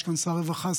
ויש כאן שר רווחה,